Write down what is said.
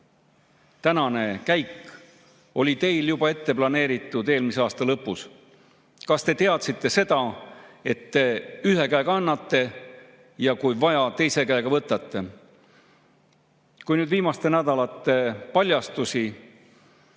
tänane käik oli teil juba ette planeeritud eelmise aasta lõpus? Kas te teadsite seda, et te ühe käega annate ja kui vaja, teise käega võtate? Kui nüüd viimaste nädalate paljastusi